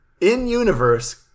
in-universe